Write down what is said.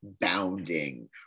bounding